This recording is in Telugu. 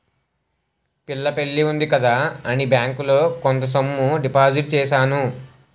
పిల్ల పెళ్లి ఉంది కదా అని బ్యాంకులో కొంత సొమ్ము డిపాజిట్ చేశాను